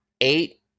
eight